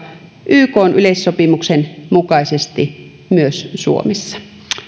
ykn yleissopimuksen mukaisesti myös suomessa